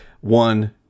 one